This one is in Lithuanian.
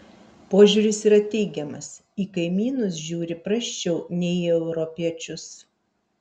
požiūris yra teigiamas į kaimynus žiūri prasčiau nei į europiečius